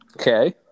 Okay